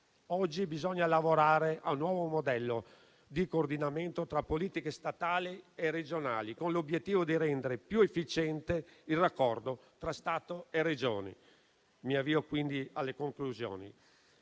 oggi bisogna lavorare a un nuovo modello di coordinamento tra politiche statali e regionali, con l'obiettivo di rendere più efficiente il raccordo tra Stato e Regioni. Mi avvio quindi alle conclusioni.